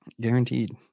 Guaranteed